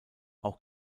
auch